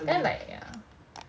then I like ya